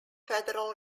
federal